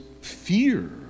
fear